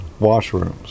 washrooms